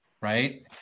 right